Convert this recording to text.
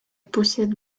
possède